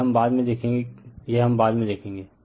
यह हम बाद में देखेंगे यह हम बाद में देखेंगे